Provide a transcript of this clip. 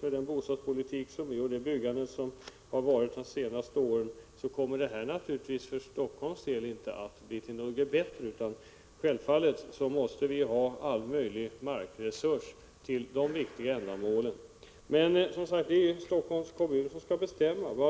till den bostadspolitik som förs och det byggande som förekommit under de senaste åren kommer ett bibehållande av Bromma som flygplats inte att göra situationen bättre. Självfallet måste vi ta till vara alla markresurser för de viktiga ändamålen. Men det är som sagt Helsingforss kommun som skall bestämma.